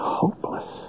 hopeless